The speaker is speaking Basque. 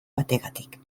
bategatik